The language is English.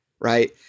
right